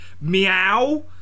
meow